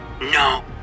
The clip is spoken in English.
no